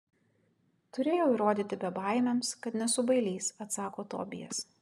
turėjau įrodyti bebaimiams kad nesu bailys atsako tobijas